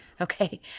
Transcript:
Okay